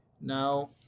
now